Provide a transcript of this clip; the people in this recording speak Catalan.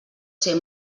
ser